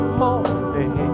morning